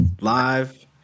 live